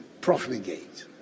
profligate